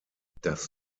das